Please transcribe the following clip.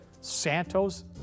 Santos